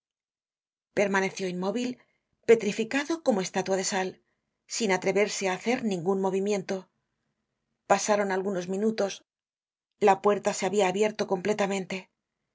permaneció inmóvil petrificado como estatua de sal sin atreverse á hacer ningun movimiento pasaron algunos minutos la puerta se habia abierto completamente